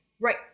right